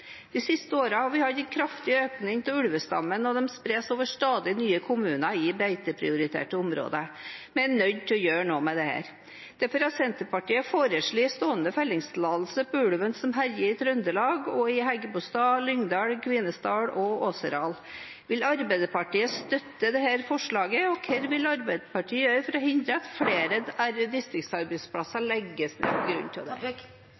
De siste årene har vi hatt en kraftig økning av ulvestammen, og den spres over stadig nye kommuner i beiteprioriterte områder. Vi er nødt til å gjøre noe med dette. Derfor har Senterpartiet foreslått stående fellingstillatelse på ulven som herjer i Trøndelag og i Hægebostad, Lyngdal, Kvinesdal og Åseral. Vil Arbeiderpartiet støtte dette forslaget ? Og: Hva vil Arbeiderpartiet gjøre for å hindre at flere distriktsarbeidsplasser legges ned på grunn av dette Me er